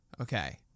Okay